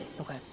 Okay